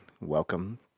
Welcome